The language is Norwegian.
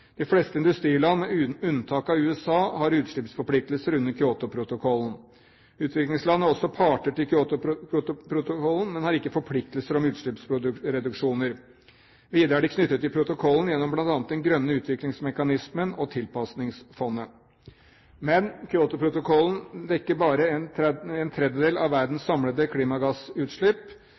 De fleste industriland, med unntak av USA, har utslippsforpliktelser under Kyotoprotokollen. Utviklingsland er også parter til Kyotoprotokollen, men har ikke forpliktelser om utslippsreduksjoner. Videre er de knyttet til protokollen gjennom bl.a. Den grønne utviklingsmekanismen og Tilpasningsfondet. Men Kyotoprotokollen dekker bare en tredjedel av verdens samlede klimagassutslipp.